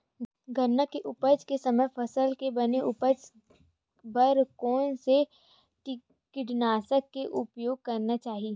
गन्ना के उपज के समय फसल के बने उपज बर कोन से कीटनाशक के उपयोग करना चाहि?